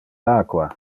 aqua